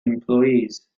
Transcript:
employees